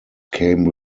came